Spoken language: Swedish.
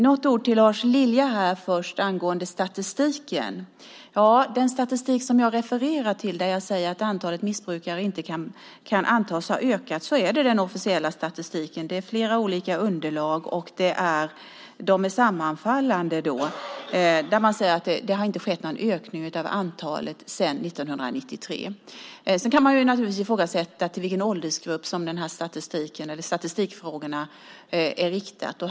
Något ord till Lars Lilja först angående statistiken. Den statistik som jag refererar till när jag säger att antalet missbrukare inte kan antas ha ökat är den officiella statistiken. Det är flera olika underlag, och de är sammanfallande där man säger att det inte har skett någon ökning av antalet sedan 1993. Sedan kan man naturligtvis ifrågasätta till vilken åldersgrupp de här statistikfrågorna är riktade.